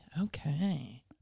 okay